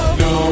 no